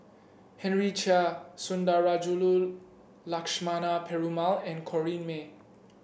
Henry Chia Sundarajulu Lakshmana Perumal and Corrinne May